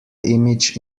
image